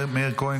מאיר כהן,